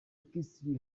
mckinstry